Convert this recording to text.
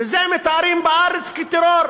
ואת זה מתארים בארץ כטרור.